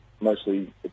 mostly